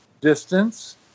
distance